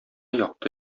якты